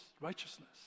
righteousness